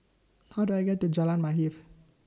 How Do I get to Jalan Mahir